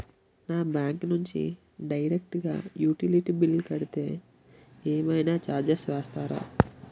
నా బ్యాంక్ నుంచి డైరెక్ట్ గా యుటిలిటీ బిల్ కడితే ఏమైనా చార్జెస్ వేస్తారా?